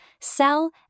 sell